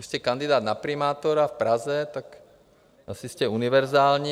Jste kandidát na primátora v Praze, tak asi jste univerzální.